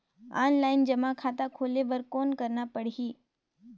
Offline जमा खाता खोले बर कौन करना पड़ही?